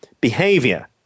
behavior